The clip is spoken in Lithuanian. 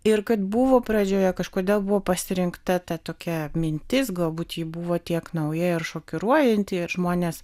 ir kad buvo pradžioje kažkodėl buvo pasirinkta ta tokia mintis galbūt ji buvo tiek nauja ir šokiruojanti ir žmonės